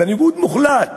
בניגוד מוחלט